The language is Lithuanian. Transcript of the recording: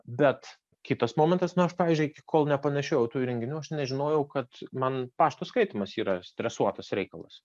bet kitas momentas nu aš pavyzdžiui iki kol nepanešiojau tų įrenginių aš nežinojau kad man pašto skaitymas yra stresuotas reikalas